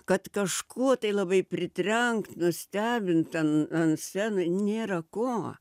kad kažkuo tai labai pritrenkt nustebint ten ant scena nėra kuo